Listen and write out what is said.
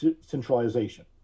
centralization